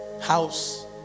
house